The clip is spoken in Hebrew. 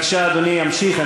בבקשה, אדוני ימשיך.